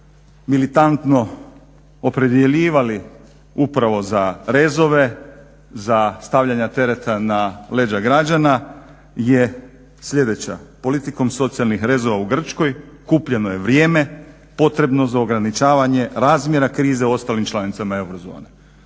militantno opredjeljivali upravo za rezove, za stavljanje tereta na leđa građana je sljedeća: politikom socijalnih rezova u Grčkoj kupljeno je vrijeme potrebno za ograničavanje razmjera krize u ostalim članicama eurozone.